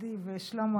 דודי ושלמה.